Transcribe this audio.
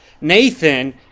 Nathan